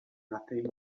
nothing